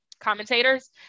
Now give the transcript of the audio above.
commentators